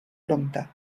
prompte